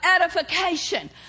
edification